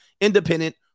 independent